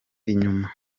inyuma